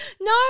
no